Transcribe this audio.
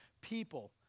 people